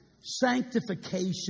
Sanctification